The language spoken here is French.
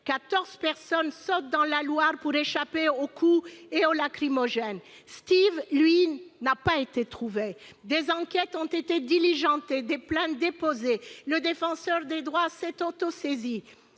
14 personnes sautent dans la Loire pour échapper aux coups et aux grenades lacrymogènes. Steve, lui, n'a pas été retrouvé. Des enquêtes ont été diligentées, des plaintes ont été déposées, le Défenseur des droits s'est autosaisi.